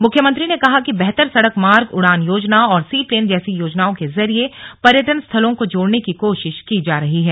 मुख्यमंत्री ने कहा कि बेहतर सड़क मार्ग उड़ान योजना और सी प्लेन जैसी योजनाओं के जरिये पर्यटन स्थलों को जोड़ने की कोशिश की जा रही है